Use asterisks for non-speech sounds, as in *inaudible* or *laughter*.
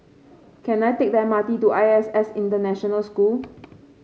can I take the M R T to I S S International School *noise*